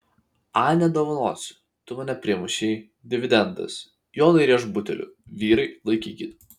a nedovanosiu tu mane primušei dividendas jonai rėžk buteliu vyrai laikykit